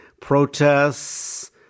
protests